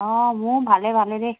অ মোৰ ভালে ভালে দেই